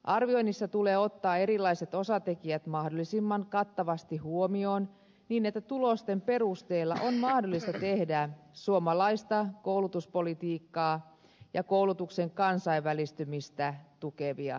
arvioinnissa tulee ottaa erilaiset osatekijät mahdollisimman kattavasti huomioon niin että tulosten perusteella on mahdollista tehdä suomalaista koulutuspolitiikkaa ja koulutuksen kansainvälistymistä tukevia ratkaisuja